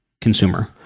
consumer